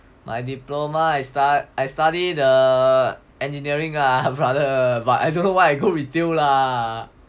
my diploma I I study the engineering ah brother but I don't know why I go retail lah